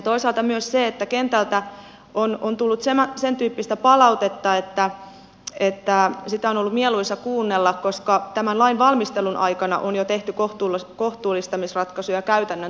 toisaalta myös kentältä on tullut sen tyyppistä palautetta että sitä on ollut mieluisa kuunnella koska tämän lain valmistelun aikana on jo tehty kohtuullistamisratkaisuja käytännön toimissa